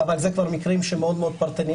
אבל אלה כבר מקרים מאוד מאוד פרטניים,